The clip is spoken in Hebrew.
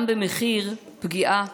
גם במחיר פגיעה